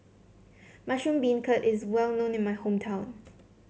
Mushroom Beancurd is well known in my hometown